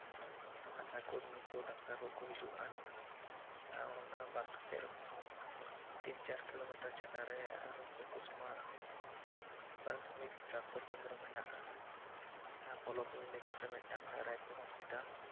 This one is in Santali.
ᱟᱥᱟ ᱠᱚᱨᱢᱤ ᱠᱚ ᱰᱟᱠᱴᱟᱨ ᱠᱚᱠᱚ ᱦᱤᱡᱩᱜᱼᱟ ᱟᱨ ᱚᱱᱟ ᱵᱟᱫᱽ ᱠᱟᱛᱮ ᱨᱮᱦᱚᱸ ᱛᱤᱱ ᱪᱟᱨ ᱠᱤᱞᱚᱢᱤᱴᱟᱨ ᱪᱷᱟᱰᱟ ᱨᱮ ᱟᱨ ᱦᱚᱸ ᱯᱷᱩᱞᱠᱩᱥᱢᱟ ᱯᱟᱨᱟᱛᱷᱚᱢᱤᱠ ᱥᱟᱥᱛᱚ ᱠᱮᱱᱫᱨᱚ ᱢᱮᱱᱟᱜᱼᱟ ᱟᱨ ᱵᱞᱚᱠ ᱞᱮᱵᱮᱞ ᱨᱮ ᱢᱤᱫᱴᱟᱝ ᱨᱟᱹᱭᱯᱩᱨ ᱦᱚᱥᱯᱤᱴᱟᱞ